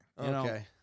Okay